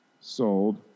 sold